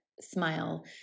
smile